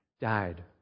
died